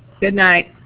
good night.